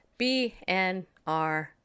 BNR